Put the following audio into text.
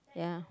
ya